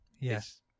Yes